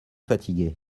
fatigué